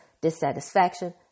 dissatisfaction